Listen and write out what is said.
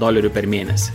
dolerių per mėnesį